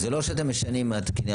לא שאתם משנים מהתקינה